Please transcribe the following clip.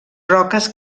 roques